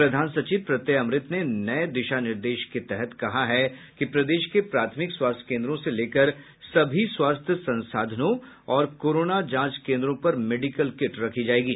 प्रधान सचिव प्रत्यय अमृत ने नये दिशा निर्देश के तहत कहा है कि प्रदेश के प्राथमिक स्वास्थ्य केन्द्रों से लेकर सभी स्वास्थ्य संसाधनों और कोरोना जांच केन्द्रों पर मेडिकल किट रखी जायेगी